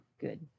good